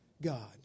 god